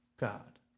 God